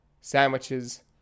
sandwiches